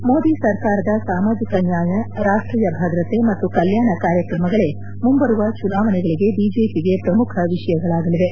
ೂೕದಿ ಸರ್ಕಾರದ ಸಾಮಾಜಿಕ ನ್ಯಾಯ ರಾಷ್ಟೀಯ ಭದ್ರತೆ ಮತ್ತು ಕಲ್ಕಾಣ ಕಾರ್ಯಕ್ರಮಗಳೇ ಮುಂಬರುವ ಚುನಾವಣೆಗಳಿಗೆ ಬಿಜೆಪಿಗೆ ಪ್ರಮುಖ ಷಯಗಳಾಲಿವೆ